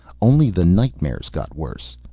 only the nightmares got worse.